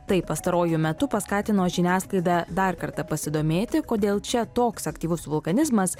tai pastaruoju metu paskatino žiniasklaidą dar kartą pasidomėti kodėl čia toks aktyvus vulkanizmas